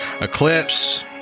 Eclipse